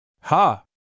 Ha